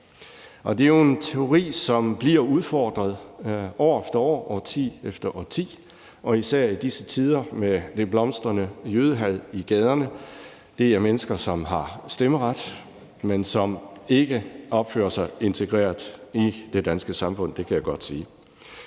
Det er jo en teori, som bliver udfordret år efter år, årti efter årti og især i disse tider med det blomstrende jødehad i gaderne. Det er mennesker, som har stemmeret, men som ikke opfører sig integreret i det danske samfund.